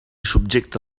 subjecta